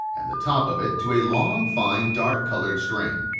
and the top of it to a long, fine, dark-coloured string,